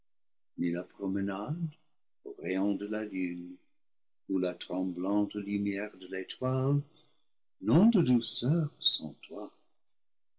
la promenade aux rayons de la lune ou à la trem blante lumière de l'étoile n'ont de douceur sans toi